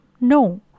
No